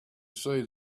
see